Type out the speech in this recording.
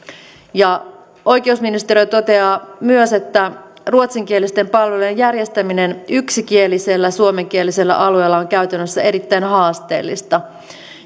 oikeusministeriö toteaa myös että ruotsinkielisten palvelujen järjestäminen yksikielisellä suomenkielisellä alueella on käytännössä erittäin haasteellista